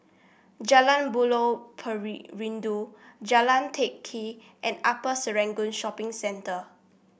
Jalan Buloh Jalan Teck Kee and Upper Serangoon Shopping Centre